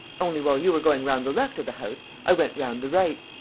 only, while you were going round the left of the house, i went round the right.